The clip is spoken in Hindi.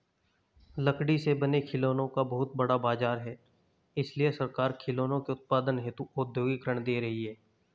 लकड़ी से बने खिलौनों का बहुत बड़ा बाजार है इसलिए सरकार खिलौनों के उत्पादन हेतु औद्योगिक ऋण दे रही है